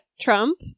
Trump